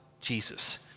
Jesus